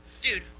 Dude